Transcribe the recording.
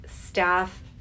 staff